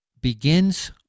begins